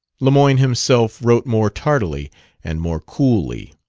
lemoyne himself wrote more tardily and more coolly.